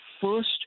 first